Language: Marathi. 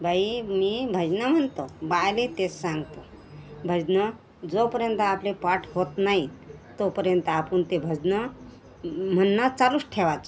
बाई मी भजनं म्हणतो बायालेही तेच सांगतो भजनं जोपर्यंत आपले पाठ होत नाही तोपर्यंत आपण ते भजनं म्हणणं चालूच ठेवायचं